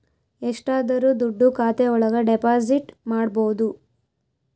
ಎಷ್ಟಾದರೂ ದುಡ್ಡು ಖಾತೆ ಒಳಗ ಡೆಪಾಸಿಟ್ ಮಾಡ್ಬೋದು